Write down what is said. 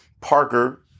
Parker